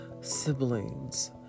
siblings